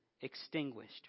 extinguished